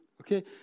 Okay